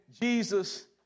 Jesus